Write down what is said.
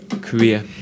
career